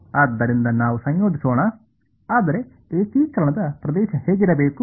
ಆದ್ದರಿಂದ ನಾವು ಸಂಯೋಜಿಸೋಣ ಆದರೆ ಏಕೀಕರಣದ ಪ್ರದೇಶ ಹೇಗಿರಬೇಕು